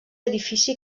edifici